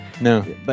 no